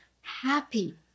happy